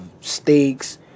steaks